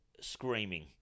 screaming